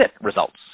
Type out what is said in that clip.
results